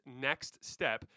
NEXTSTEP